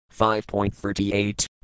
5.38